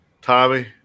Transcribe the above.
Tommy